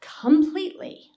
completely